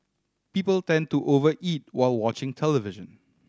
people tend to over eat while watching television